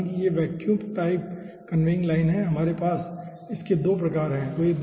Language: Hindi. याद रखें कि यह वैक्यूम टाइप कन्वेइंग लाइन है हमारे पास इसके 2 प्रकार हैं